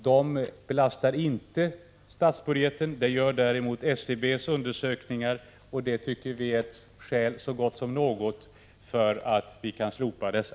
De belastar inte statsbudgeten. Det gör däremot SCB:s undersökningar, och det tycker vi är ett skäl så gott som något för att slopa dessa.